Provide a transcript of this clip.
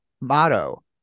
Motto